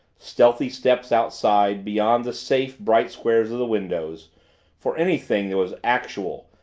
stealthy steps outside, beyond the safe, bright squares of the windows for anything that was actual,